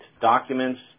documents